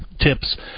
tips